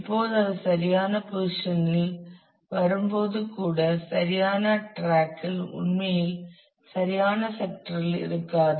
இப்போது அது சரியான பொசிசனில் வரும்போது கூட சரியான ட்ராக்கில் உண்மையில் சரியான செக்ட்ரில் இருக்காது